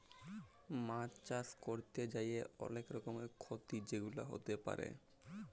মাছ চাষ ক্যরতে যাঁয়ে অলেক রকমের খ্যতি যেগুলা হ্যতে পারে